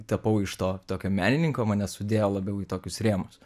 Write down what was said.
tapau iš to tokio menininko mane sudėjo labiau į tokius rėmus